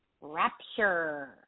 Rapture